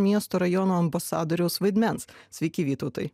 miesto rajono ambasadoriaus vaidmens sveiki vytautai